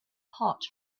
hot